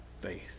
faith